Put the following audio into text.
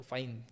Fine